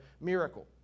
miracle